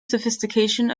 sophistication